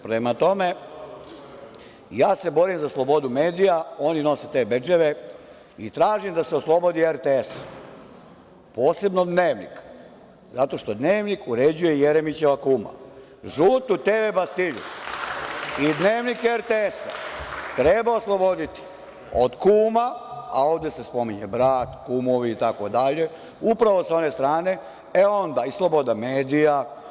Prema tome, ja se borim za slobodu medija, oni nose te bedževe i tražim da se oslobodi RTS, posebno dnevnik zato što dnevnik uređuje Jeremićeva kuma, žutu TV bastilju i dnevnik RTS treba osloboditi od kuma, a ovde se spominje brat, kumovi itd, upravo sa one strane, a onda i sloboda medija.